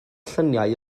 lluniau